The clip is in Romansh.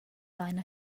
vain